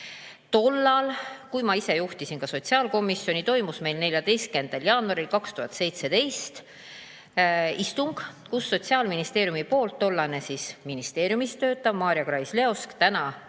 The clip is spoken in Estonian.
Tollal, kui ma ise juhtisin sotsiaalkomisjoni, toimus meil 14. jaanuaril 2017 istung, kus Sotsiaalministeeriumi poolt tollal ministeeriumis töötanud Maarja Krais-Leosk,